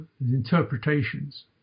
interpretations